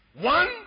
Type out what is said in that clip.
One